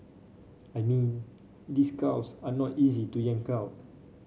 I mean these cows are not easy to yank out